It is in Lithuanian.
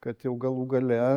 kad jau galų gale